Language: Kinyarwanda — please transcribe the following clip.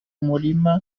murima